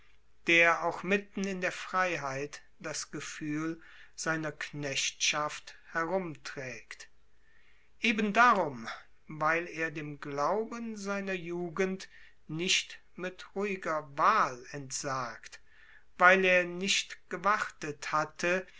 der auch mitten in der freiheit das gefühl seiner knechtschaft herumträgt eben darum weil er dem glauben seiner jugend nicht mit ruhiger wahl entsagt weil er nicht gewartet hatte